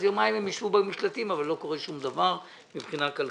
יומיים הם ישבו במקלטים אבל לא קורה שום דבר מבחינה כלכלית.